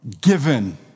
given